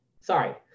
sorry